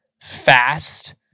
fast